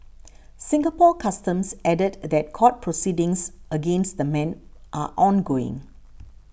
Singapore Customs added that court proceedings against the men are ongoing